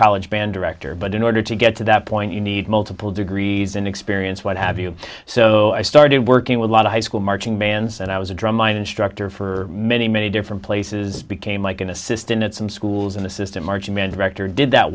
college band director but in order to get to that point you need multiple degrees and experience what have you so i started working with a lot of high school marching bands and i was a drum line instructor for many many different places became like an assistant at some schools in the system marching band director did that